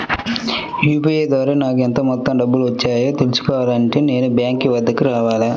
UPI ద్వారా నాకు ఎంత మొత్తం డబ్బులు వచ్చాయో తెలుసుకోవాలి అంటే నేను బ్యాంక్ వద్దకు రావాలా?